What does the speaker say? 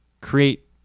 create